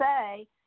say